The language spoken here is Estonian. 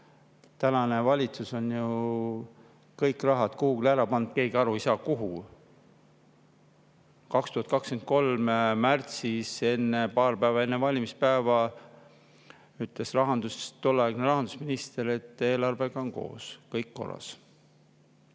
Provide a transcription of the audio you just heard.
tänane valitsus on ju kogu raha kuhugi ära pannud, keegi aru ei saa, kuhu. 2023. aasta märtsis, paar päeva enne valimispäeva ütles tolleaegne rahandusminister, et eelarvega on kõik korras.